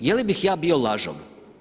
Da li bih ja bio lažov?